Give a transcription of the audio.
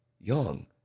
young